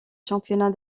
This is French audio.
championnats